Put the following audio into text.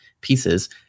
pieces